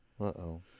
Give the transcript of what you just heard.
Uh-oh